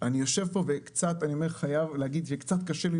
אני יושב פה ואני חייב להגיד שקצת קשה לי